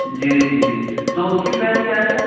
جی جی جی تو اس کی پرائس کیا ہے سر